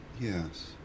Yes